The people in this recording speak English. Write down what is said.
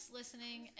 listening